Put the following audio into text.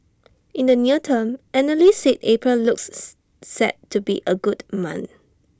in the near term analysts said April looks set to be A good month